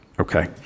okay